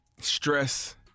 stress